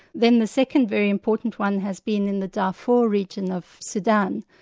then the second very important one has been in the darfur region of sudan,